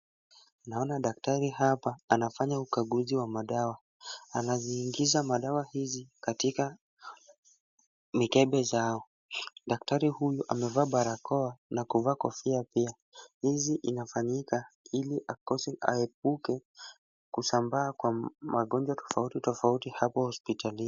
Naona daktari hapa anafanya ukaguzi wa madawa. Anaziingiza madawa hizi, katika mikebe zao. Daktari huyu amevaa barakoa na kuvaa kofia pia. Hizi inafanyika ili akose aepuke kusambaa kwa magonjwa tofauti tofauti hapo hospitalini.